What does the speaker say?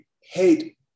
hate